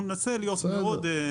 אנחנו ננסה להיות מאוד...